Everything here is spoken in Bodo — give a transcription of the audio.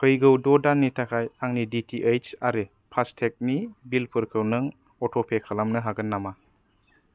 फैगौ द' दाननि थाखाय आंनि डिटिओइस आरो फास्टेगनि बिलफोरखौ नों अटपे खालामनो हागोन नामा